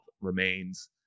remains